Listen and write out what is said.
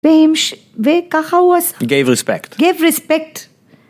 בהמש... וככה הוא עשה... He gave respect. Gave respect.